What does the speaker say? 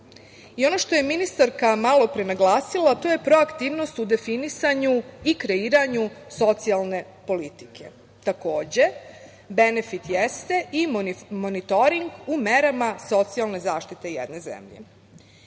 i ono što je ministarka malopre naglasila to je proaktivnost u definisanju i kreiranju socijalne politike. Takođe benefit jeste i monitoring u merama socijalne zaštite jedne zemlje. Da